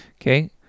okay